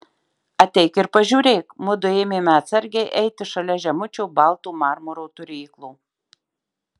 ateik ir pažiūrėk mudu ėmėme atsargiai eiti šalia žemučio balto marmuro turėklo